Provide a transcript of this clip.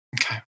Okay